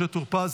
משה טור פז,